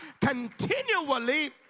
continually